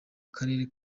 karere